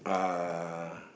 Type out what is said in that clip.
uh